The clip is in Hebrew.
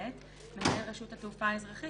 (ב) מנהל רשות התעופה האזרחית,